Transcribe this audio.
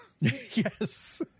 Yes